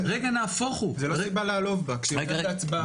זה לא סיבה לעלוב בה כשהיא הולכת להצבעה.